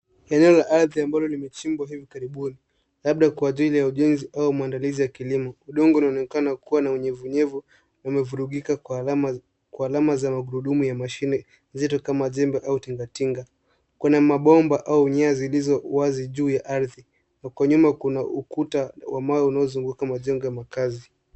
Hili ni ardhi ambalo limechimbwa hivi karibuni labda kwa ajili ya ujenzi au maandalizi ya kilimo. Udongo unaoonekana kuwa na unyevunyevu. Umevurugika kwa alama za magurudumu ya mashine nzito kama jembe au tingatinga. Kuna mabomba au nyaya zilizo wazi juu ya ardhi. Huko nyuma kuna ukuta ambao unaozunguka majengo ya makazi.